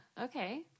Okay